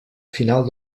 final